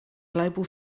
global